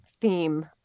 theme